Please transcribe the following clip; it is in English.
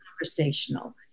conversational